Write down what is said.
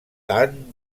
tan